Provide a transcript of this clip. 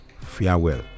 farewell